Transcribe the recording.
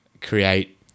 create